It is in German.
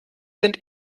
sind